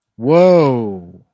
Whoa